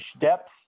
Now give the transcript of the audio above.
depth